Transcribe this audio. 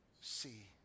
see